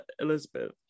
elizabeth